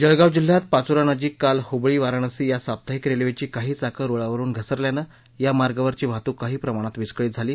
जळगाव जिल्ह्यात पाचोरा नजिक काल हुबळी वाराणसी या साप्ताहिक रेल्वेची काही चाक रुळावरून उतरल्यानं या मार्गावरची वाहतुक काही प्रमाणात विस्कळीत झाली